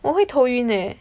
我会头晕 eh